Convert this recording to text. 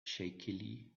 shakily